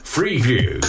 Freeview